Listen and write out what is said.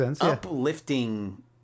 uplifting